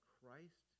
Christ